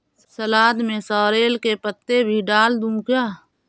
सलाद में सॉरेल के पत्ते भी डाल दूं क्या?